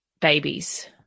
babies